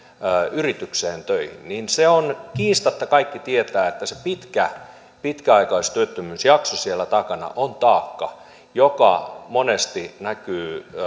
yritykseen töihin niin se on kiistatta niin kaikki tietävät että se pitkä pitkäaikaistyöttömyysjakso siellä takana on taakka joka monesti näkyy